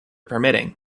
permitting